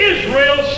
Israel